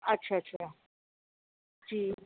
اچھا اچھا جی